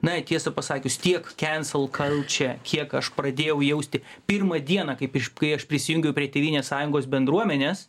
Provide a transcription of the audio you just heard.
na tiesą pasakius tiek cancel culture kiek aš pradėjau jausti pirmą dieną kaip iš kai aš prisijungiau prie tėvynės sąjungos bendruomenės